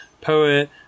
poet